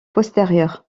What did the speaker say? postérieures